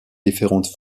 différentes